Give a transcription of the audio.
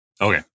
Okay